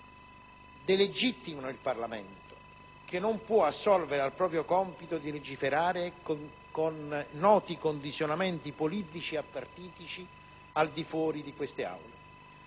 delegittimano il Parlamento, che non può assolvere al proprio compito di legiferare, anche in presenza di noti condizionamenti politici e partitici al di fuori di queste Aule.